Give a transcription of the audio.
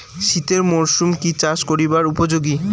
শীতের মরসুম কি চাষ করিবার উপযোগী?